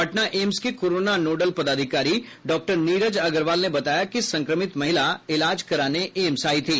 Patna AIIMS के corona nodal पदाधिकारी doctor Neeraj Agarwal ने बताया कि संक्रमित महिला इलाज कराने एम्स आई थी